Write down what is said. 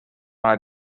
oled